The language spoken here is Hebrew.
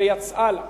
ויצאה לה.